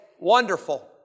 wonderful